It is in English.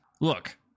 look